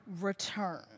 return